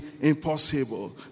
impossible